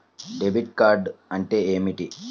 Debit card అంటే ఏమిటి?